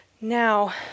Now